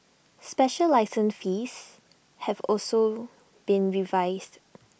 special license fees have also been revised